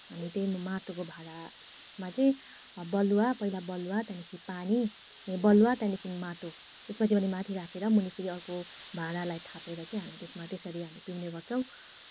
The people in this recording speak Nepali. हामी त्यही माटोको भाँडामा चाहिँ बलुवा पहिला बलुवा त्यहाँदेखि पानी बलुवा त्यहाँदेखि माटो त्यसपछि भने माथि राखेर मुनि फेरि अर्को भाँडालाई थापेर चाहिँ हामी त्यसमा त्यसरी हामी पिउने गर्छौँ